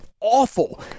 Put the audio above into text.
awful